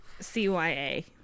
CYA